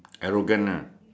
arrogant lah